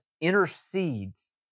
Intercedes